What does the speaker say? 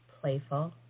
playful